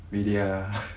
bedek ah